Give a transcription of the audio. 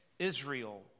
Israel